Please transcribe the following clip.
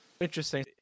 Interesting